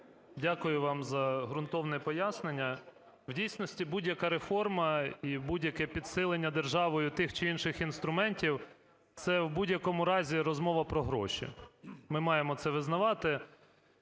Дякую вам за ґрунтовне пояснення. В дійсності будь-яка реформа і будь-яке підсилення державою тих чи інших інструментів - це в будь-якому разі розмова про гроші. Ми маємо це визнавати.